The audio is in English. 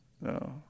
No